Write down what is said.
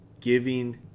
giving